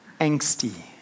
Angsty